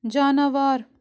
جاناوار